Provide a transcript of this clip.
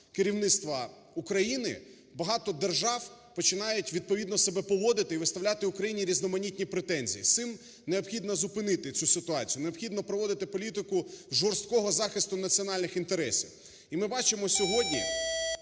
керівництва України, багато держав починають відповідно себе поводити і виставляти Україні різноманітні претензії. З цим необхідно зупинити цю ситуацію, необхідно проводити політику жорсткого захисту національних інтересів. І ми бачимо сьогодні,